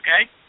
okay